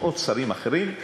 כמו עוד שרים אחרים,